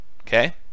Okay